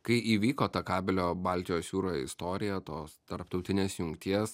kai įvyko ta kabelio baltijos jūroj istorija tos tarptautinės jungties